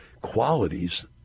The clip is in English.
qualities